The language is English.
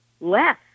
less